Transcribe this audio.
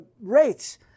rates